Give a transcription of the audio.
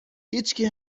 هیچکی